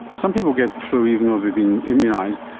some people get the flu even though they've been immunised.